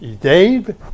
Dave